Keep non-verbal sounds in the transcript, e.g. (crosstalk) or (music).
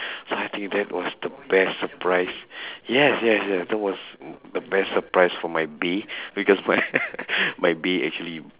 (breath) so I think that was the best surprise (breath) yes yes yes that was (noise) the best surprise for my bae because my (laughs) my bae actually